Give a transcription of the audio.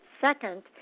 second